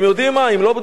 אם לא מדובר בשקר,